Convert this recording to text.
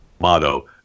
motto